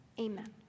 Amen